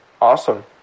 Awesome